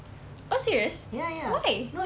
oh serious why